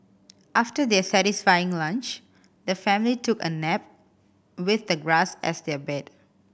after their satisfying lunch the family took a nap with the grass as their bed